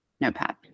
notepad